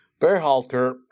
Bearhalter